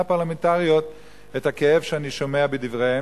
פרלמנטריות את הכאב שאני שומע בדבריהם,